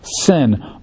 sin